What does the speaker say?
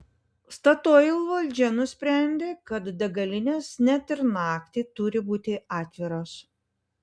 statoil valdžia nusprendė kad degalinės net ir naktį turi būti atviros